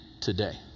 today